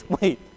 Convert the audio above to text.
wait